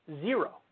Zero